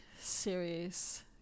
series